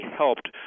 helped